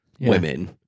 women